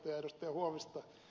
huovista